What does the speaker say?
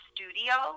Studio